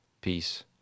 peace